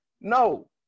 No